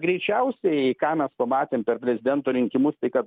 greičiausiai ką mes pamatėm per prezidento rinkimus tai kad